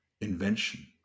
invention